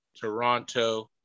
Toronto